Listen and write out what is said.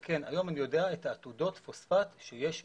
וכן, היום אני יודע את עתודות הפוספט שיש בישראל.